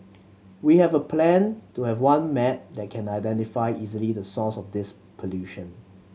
we have a plan to have one map that can identify easily the source of this pollution